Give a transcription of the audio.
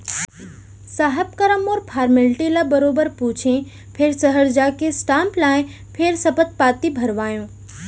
साहब करा मोर फारमेल्टी ल बरोबर पूछें फेर सहर जाके स्टांप लाएँ फेर सपथ पाती भरवाएंव